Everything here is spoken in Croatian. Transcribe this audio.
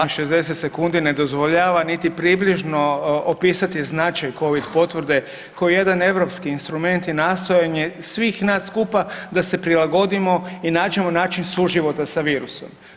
Opet mi 60 sekundi ne dozvoljava niti približno opisati značaj covid potvrde koji je jedan europski instrument i nastojanje svih nas skupa da se prilagodimo i nađemo način suživota sa virusom.